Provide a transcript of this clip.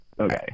Okay